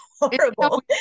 horrible